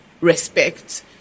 respect